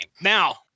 Now